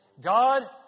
God